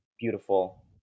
beautiful